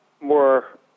more